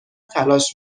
تلاش